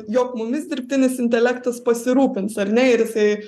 jog mumis dirbtinis intelektas pasirūpins ar ne ir jisai